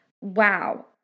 wow